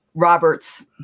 Robert's